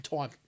time